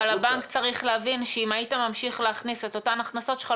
אבל הבנק צריך להבין שאם היית ממשיך להכניס את אותן הכנסות שלך,